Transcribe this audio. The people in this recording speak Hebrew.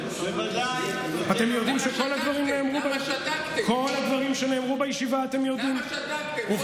את כל הדברים שנאמרו בישיבה אתם יודעים?